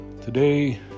Today